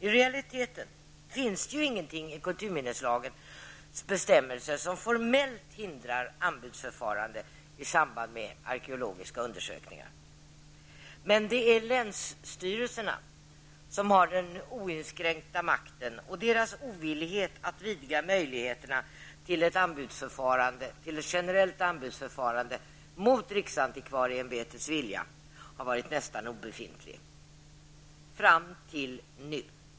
I realiteten finns det ingenting i kulturminneslagens bestämmelser som formellt hindrar anbudsförfarande i samband med arkeologiska undersökningar. Men det är länsstyrelserna som har makten, och deras villighet att vidga möjligheterna till ett generellt anbudsförfarande mot riksantikvarieämbetets vilja har varit nästan obefintlig -- fram till nu.